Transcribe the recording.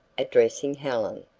addressing helen.